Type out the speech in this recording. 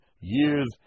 years